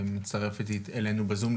שמצטרפת אלינו בזום,